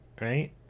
right